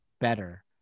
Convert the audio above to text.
better